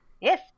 Yes